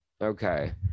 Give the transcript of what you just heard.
okay